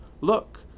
Look